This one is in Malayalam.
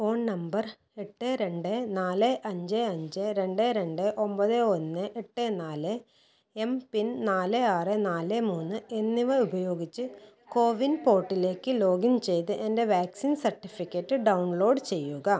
ഫോൺ നമ്പർ എട്ട് രണ്ട് നാല് അഞ്ച് അഞ്ച് രണ്ട് രണ്ട് ഒമ്പത് ഒന്ന് എട്ട് നാല് എം പിൻ നാല് ആറ് നാല് മൂന്ന് എന്നിവ ഉപയോഗിച്ച് കോവിൻ പോർട്ടലിലേക്ക് ലോഗിൻ ചെയ്ത് എൻ്റെ വാക്സിൻ സർട്ടിഫിക്കറ്റ് ഡൗൺലോഡ് ചെയ്യുക